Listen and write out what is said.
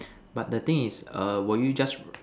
but the thing is err will you just